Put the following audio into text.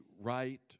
right